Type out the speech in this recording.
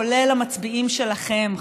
כולל המצביעים שלכם,